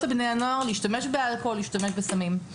על בני הנוער להשתמש באלכוהול ובסמים.